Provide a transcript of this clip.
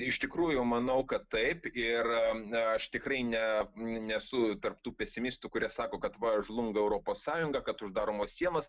iš tikrųjų manau kad taip ir aš tikrai ne nesu tarp tų pesimistų kurie sako kad va žlunga europos sąjunga kad uždaromos sienos